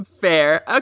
Fair